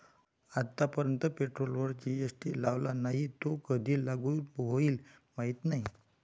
आतापर्यंत पेट्रोलवर जी.एस.टी लावला नाही, तो कधी लागू होईल माहीत नाही